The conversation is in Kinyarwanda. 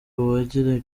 uwagira